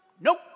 Nope